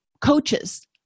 coaches